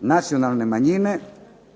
nacionalne manjine